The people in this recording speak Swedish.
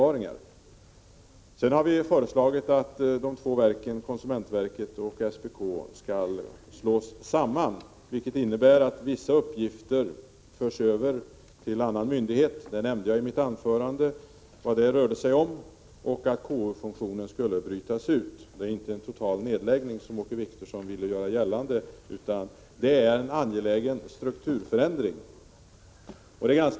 Vidare har vi föreslagit att konsumentverket och SPK skall slås samman, vilket innebär att vissa uppgifter förs över till annan myndighet. Jag nämnde i mitt anförande vad det rör sig om, och jag sade att KO-funktionen skulle brytas ut. Det handlar inte om en total nedläggning, som Åke Wictorsson ville göra gällande, utan det är fråga om en angelägen strukturförändring.